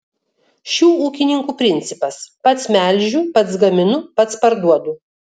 šių ūkininkų principas pats melžiu pats gaminu pats parduodu